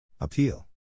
Appeal